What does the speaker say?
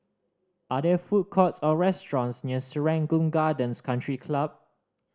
are there food courts or restaurants near Serangoon Gardens Country Club